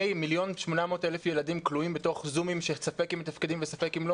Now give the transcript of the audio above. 1.8 מיליון ילדים כלואים בתוך זומים שספק אם מתפקדים וספק אם לא